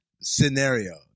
scenario